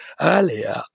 earlier